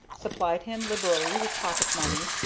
supplied him liberally with pocket-money,